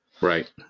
Right